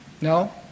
no